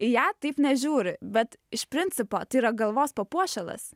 į ją taip nežiūri bet iš principo tai yra galvos papuošalas